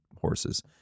horses